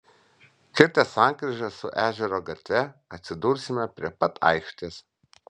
kirtę sankryžą su ežero gatve atsidursime prie pat aikštės